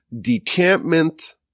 decampment